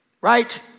Right